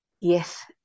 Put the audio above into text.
Yes